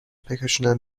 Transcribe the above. بکشونم